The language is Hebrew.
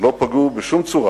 לא פגעה בשום צורה